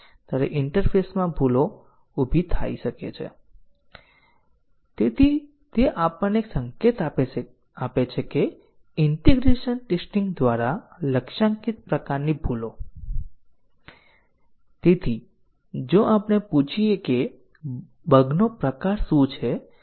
DU સાંકળ એક ત્રિપુટી છે જેમાં વેરિયેબલનું નામ હોય છે જે સ્ટેટમેન્ટ પર તેને વ્યાખ્યાયિત કરવામાં આવે છે અને જે સ્ટેટમેન્ટ તે લાઇવ છે